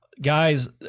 Guys